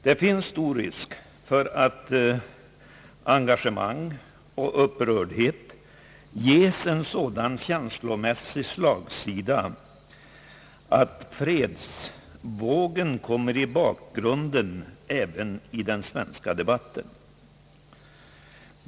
Det finns stor risk för att engagemang och upprördhet ger en sådan känslomässig slagsida att fredsvågen kommer i bakgrunden även i den svenska debatten.